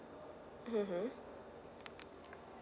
mmhmm